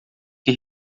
que